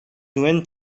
duen